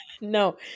No